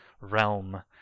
realm